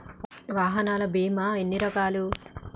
వాహనాల బీమా ఎన్ని రకాలు?